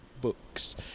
Books